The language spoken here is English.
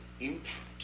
impact